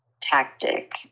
tactic